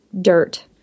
dirt